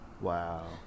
Wow